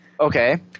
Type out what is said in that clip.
Okay